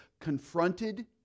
confronted